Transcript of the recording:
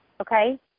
Okay